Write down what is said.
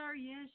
yes